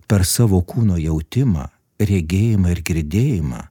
per savo kūno jautimą regėjimą ir girdėjimą